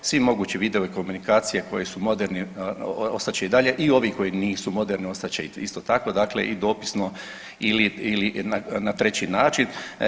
Svi mogući vidovi komunikacije koji su moderni ostat će i dalje i ovi koji nisu moderni ostat će isto tako dakle i dopisno ili na treći način.